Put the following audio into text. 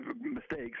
mistakes